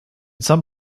some